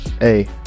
Hey